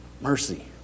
mercy